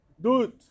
Dude